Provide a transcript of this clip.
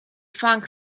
funk